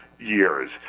years